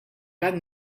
gat